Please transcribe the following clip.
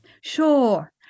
Sure